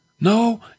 no